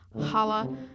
holla